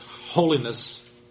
holiness